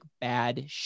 bad